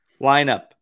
Lineup